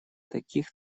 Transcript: таких